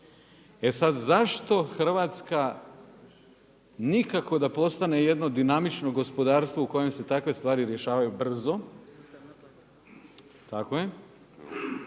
E sad zašto Hrvatska nikako da postane jedno dinamično gospodarstvo u kojem se takve stvari rješavaju brzo, ja ne